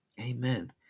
Amen